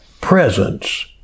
presence